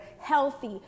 healthy